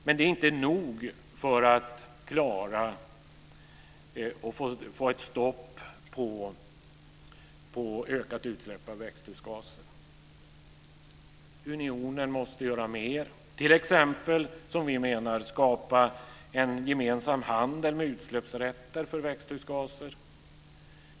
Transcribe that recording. Men det är inte nog för att klara att få ett stopp på ökat utsläpp av växthusgaser. Unionen måste göra mer, t.ex., som vi menar, skapa en gemensam handel med utsläppsrätter för växthusgaser.